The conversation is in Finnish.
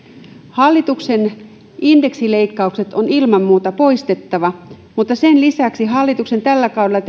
hallituksen indeksileikkaukset on ilman muuta poistettava mutta sen lisäksi hallituksen tällä kaudella